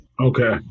okay